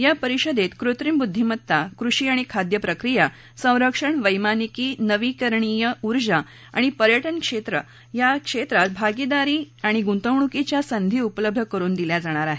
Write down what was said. या परिषदेत कृत्रिम बुद्धीमत्ता कृषी आणि खाद्य प्रक्रिया संरक्षण वैमानिकी नवीकरणीय उर्जा आणि पर्यटन या क्षेत्रात भागिदारी आणि गुंतवणुकीच्या संधी उपलब्ध करून दिल्या जाणार आहेत